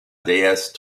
déesse